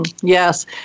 Yes